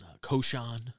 Koshan